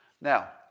Now